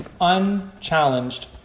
unchallenged